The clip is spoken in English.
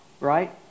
Right